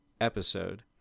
episode